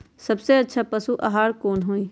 सबसे अच्छा पशु आहार कोन हई?